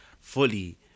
fully